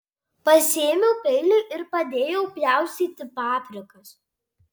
pasiėmiau peilį ir padėjau pjaustyti paprikas